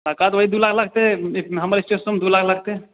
टाका तऽ वही दू लाख लगतै ई हमर स्टेशन दू लाख लगतै